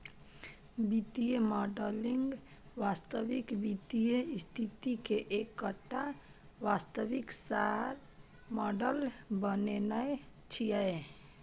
वित्तीय मॉडलिंग वास्तविक वित्तीय स्थिति के एकटा वास्तविक सार मॉडल बनेनाय छियै